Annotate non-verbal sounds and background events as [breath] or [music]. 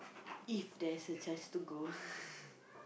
if there's a chance to go [breath]